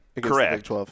Correct